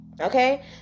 Okay